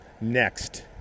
Next